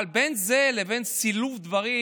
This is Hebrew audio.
אבל בין זה לבין סילוף דברים,